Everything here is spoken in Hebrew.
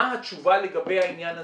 מה התשובה לגבי העניין הזה?